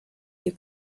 you